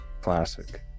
classic